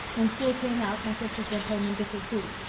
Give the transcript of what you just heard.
when school came out my sisters went home in different groups,